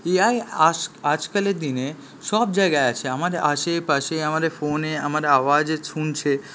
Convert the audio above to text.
AI আজ আজকের দিনে সব জায়গায় আছে আমাদের আশেপাশে আমাদের ফোনে আমাদের আওয়াজ শুনছে